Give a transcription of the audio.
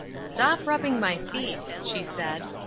stop rubbing my feet, she said.